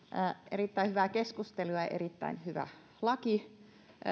erittäin hyvää keskustelua ja erittäin hyvä laki